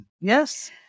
Yes